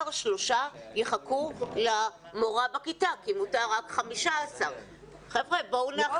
ושלושה יחכו למורה בכיתה כי מותר רק 15. ממש לא.